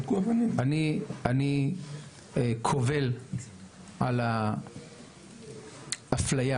אני כובל על האפליה